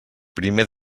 primer